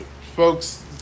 folks